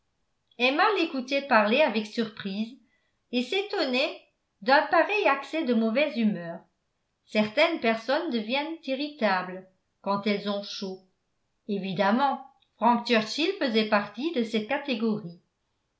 emma l'écoutait parler avec surprise et s'étonnait d'un pareil accès de mauvaise humeur certaines personnes deviennent irritables quand elles ont chaud évidemment frank churchill faisait partie de cette catégorie